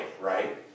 right